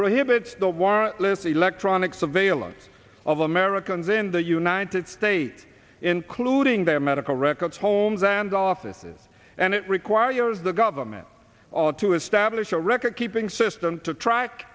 warrantless electronic surveillance of americans in the united states including their medical records homes and offices it requires the government to establish a record keeping system to track